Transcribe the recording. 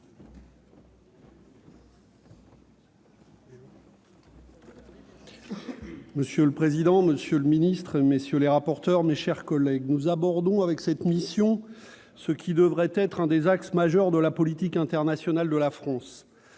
Monsieur le président, monsieur le ministre, mes chers collègues, nous abordons avec cette mission ce qui devrait être l'un des axes majeurs de la politique internationale de la France.